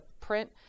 print